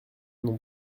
non